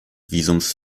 visums